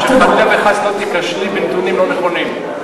שחלילה וחס לא תיכשלי בנתונים לא נכונים.